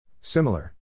Similar